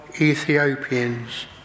Ethiopians